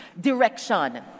Direction